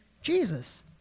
Jesus